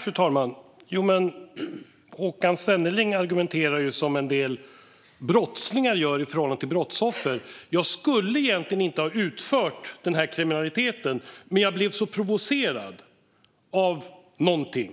Fru talman! Håkan Svenneling argumenterar ju som en del brottslingar gör i förhållande till brottsoffer. "Jag skulle egentligen inte ha utfört den här kriminella handlingen, men jag blev så provocerad av någonting."